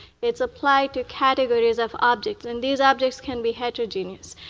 it's applied to categories of objects. and these objects can be heterogenous.